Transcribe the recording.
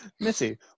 Missy